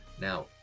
Now